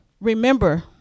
Remember